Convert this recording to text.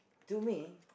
to me